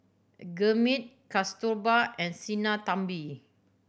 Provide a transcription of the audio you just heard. Gurmeet Kasturba and Sinnathamby